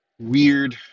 weird